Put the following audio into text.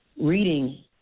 reading